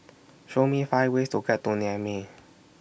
Show Me five ways to get to Niamey